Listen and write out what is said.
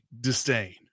disdain